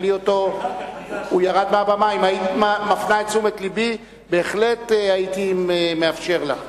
אם היית מפנה את תשומת לבי בהחלט הייתי מאפשר לך.